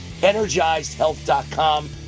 EnergizedHealth.com